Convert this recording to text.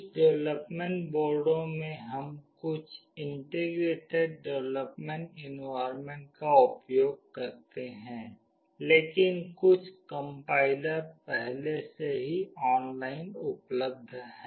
कुछ डेवलपमेंट बोर्डों में हम कुछ इंटीग्रेटेड डेवलपमेंट एनवायरनमेंट का उपयोग करते हैं लेकिन कुछ कम्पाइलर पहले से ही ऑनलाइन उपलब्ध हैं